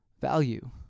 value